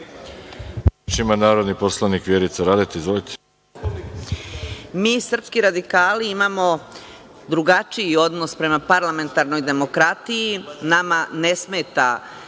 Mi, srpski radikali, imamo drugačiji odnos prema parlamentarnoj demokratiji. Nama ne smeta